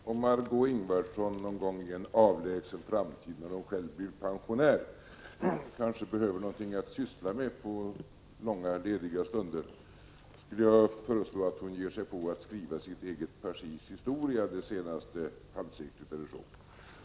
Fru talman! Om Marg6ö Ingvardsson någon gång i en avlägsen framtid, när hon själv blir pensionär, kanske behöver någonting att syssla med på långa lediga stunder skulle jag föreslå att hon ger sig på att skriva sitt eget partis historia under det senaste halvseklet.